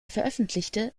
veröffentlichte